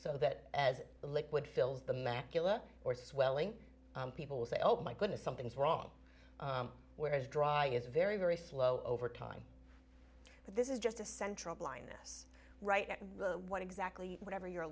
so that as the liquid fills the macula or swelling people will say oh my goodness something's wrong whereas dr is very very slow over time but this is just a central blindness right what exactly whatever you're